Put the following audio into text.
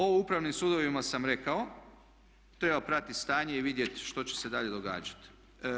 O upravnim sudovima sam rekao, treba pratiti stanje i vidjeti što će dalje događati.